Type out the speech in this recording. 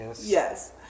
Yes